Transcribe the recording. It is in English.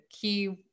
key